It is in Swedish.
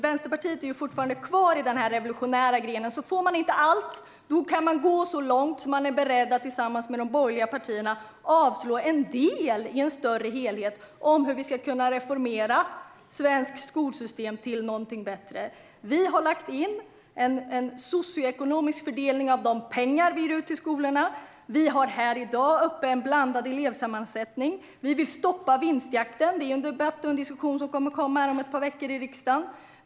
Vänsterpartiet är fortfarande kvar i den revolutionära grenen. Får man inte allt kan man gå så långt att man är beredd att tillsammans med de borgerliga partierna avslå en del i en större helhet om hur det svenska skolsystemet kan reformeras till någonting bättre. Vi har lagt in en socioekonomisk fördelning av de pengar som går till skolorna. Här i dag har vi uppe en blandad elevsammansättning. Vi vill stoppa vinstjakten. Den debatten kommer att tas upp i riksdagen om ett par veckor.